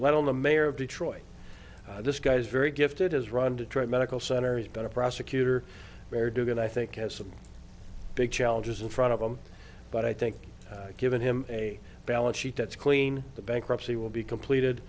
ballot on the mayor of detroit this guy's very gifted has run detroit medical center he's been a prosecutor there doing and i think has some big challenges in front of them but i think given him a balance sheet that's clean the bankruptcy will be completed